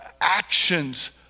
actions